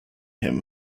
him